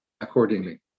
accordingly